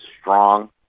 strong